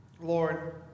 Lord